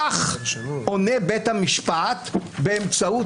בישראל אין חוק שמסדיר את הביקורת של בית המשפט על החלטות הרשות המבצעת